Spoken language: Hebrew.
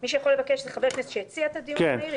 מי שיכול לבקש זה חבר כנסת שהציע את הדיון המהיר,